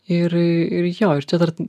ir ir jo ir čia dar